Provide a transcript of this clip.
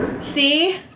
See